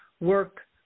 work